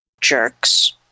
Jerks